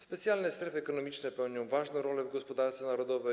Specjalne strefy ekonomiczne pełnią ważną rolę w gospodarce narodowej.